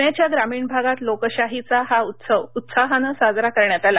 प्रण्याच्या ग्रामीण भागात लोकशाहीचा हा उत्सव उत्साहानं साजरा करण्यात आला